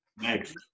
next